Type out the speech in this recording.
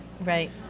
Right